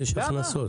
למה?